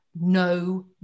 no